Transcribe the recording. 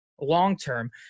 long-term